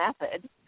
method